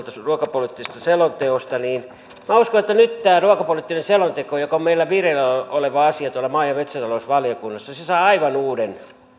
ruokapoliittisesta selonteosta minä uskon että nyt tämä ruokapoliittinen selonteko joka on meillä vireillä oleva asia maa ja metsätalousvaliokunnassa saa aivan uuden